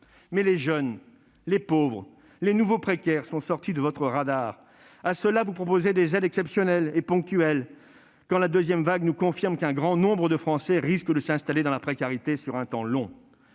mais les jeunes, les pauvres, les nouveaux précaires sont sortis de votre radar. À ceux-là, vous proposez des aides exceptionnelles et ponctuelles, quand la deuxième vague nous confirme qu'un grand nombre de Français risquent de s'installer dans la précarité sur un temps long.